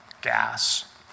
gas